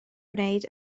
gwneud